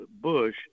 bush